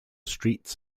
streets